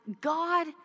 God